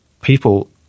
people